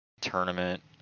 tournament